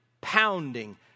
pounding